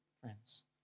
friends